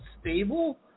stable